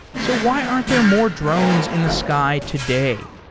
so why aren't there more drones in the sky today?